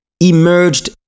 emerged